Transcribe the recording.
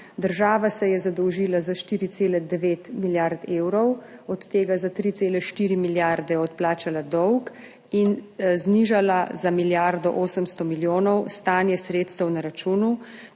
Država se je zadolžila za 4,9 milijarde evrov, od tega za 3,4 milijarde odplačala dolg in znižala za milijardo 800 milijonov stanje sredstev na računu,